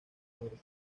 mejor